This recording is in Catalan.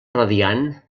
radiant